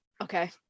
Okay